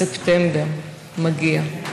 ספטמבר מגיע: